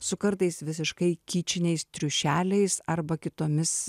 su kartais visiškai kičiniais triušeliais arba kitomis